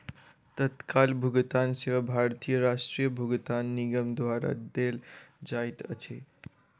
तत्काल भुगतान सेवा भारतीय राष्ट्रीय भुगतान निगम द्वारा देल जाइत अछि